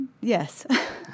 Yes